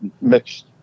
mixed